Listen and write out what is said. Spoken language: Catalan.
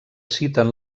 citen